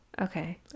Okay